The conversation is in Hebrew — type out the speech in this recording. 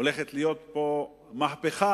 הולכת להיות פה מהפכה.